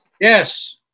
Yes